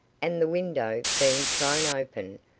and the window being thrown open,